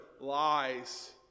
lies